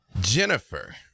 Jennifer